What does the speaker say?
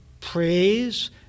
praise